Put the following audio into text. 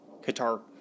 Qatar